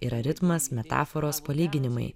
yra ritmas metaforos palyginimai